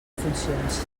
funcions